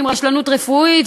רשלנות רפואית.